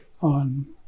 on